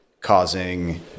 causing